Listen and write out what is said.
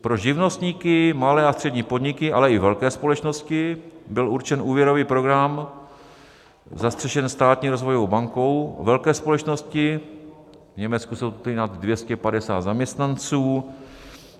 Pro živnostníky, malé a střední podniky, ale i velké společnosti byl určen úvěrový program zastřešený státní rozvojovou bankou, velké společnosti, v Německu jsou to ty nad 250 zaměstnanců,